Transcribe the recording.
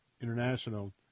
International